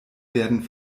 werden